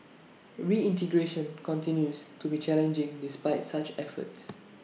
reintegration continues to be challenging despite such efforts